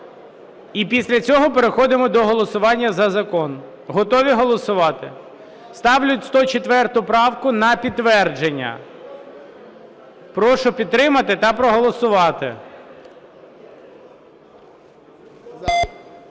І після цього переходимо до голосування за закон. Готові голосувати? Ставлю 104 правку на підтвердження. Прошу підтримати та проголосувати.